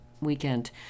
weekend